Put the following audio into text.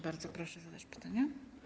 Bardzo proszę zadać pytanie.